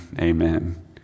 amen